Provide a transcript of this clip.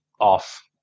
off